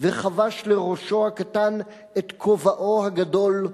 וחבש לראשו הקטן את כובעו הגדול,